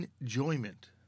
enjoyment